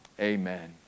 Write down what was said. amen